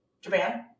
Japan